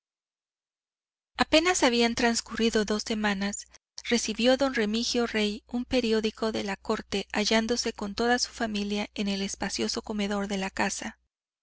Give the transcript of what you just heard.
apenas habían trascurrido dos semanas recibió don remigio rey un periódico de la corte hallándose con toda su familia en el espacioso comedor de la casa